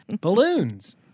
Balloons